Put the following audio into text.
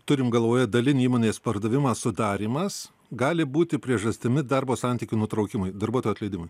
turim galvoje dalinį įmonės pardavimą sudarymas gali būti priežastimi darbo santykių nutraukimui darbuotojų atleidimui